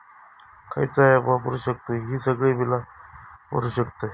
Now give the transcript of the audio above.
खयचा ऍप वापरू शकतू ही सगळी बीला भरु शकतय?